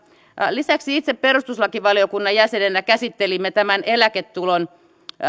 lisäksi itse perustuslakivaliokunnan jäsenenä olin mukana käsittelimme tämän eläketulon